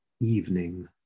evening